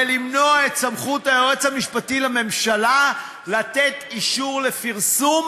ולמנוע את סמכות היועץ המשפטי לממשלה לתת אישור לפרסום,